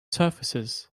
surfaces